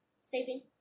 Saving